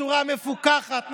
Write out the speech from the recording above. בצורה מפוקחת.